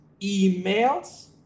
emails